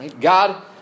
God